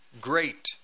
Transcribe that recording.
great